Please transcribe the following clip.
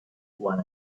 one